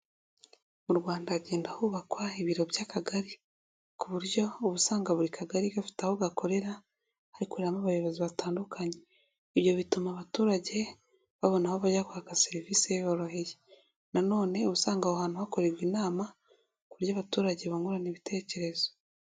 Mu Rwanda hagenda hubakwa ibiro by'Akagari ku buryo uba usanga buri Kagari gafite aho gakorera hakorera n'abayobozi batandukanye, ibyo bituma abaturage babona aho bajyabwa serivisi biroheye, nonene uba usanga aho hantu hakorerwa inama ku buryo abaturage bungurana ibitekerezo.